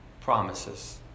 promises